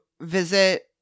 visit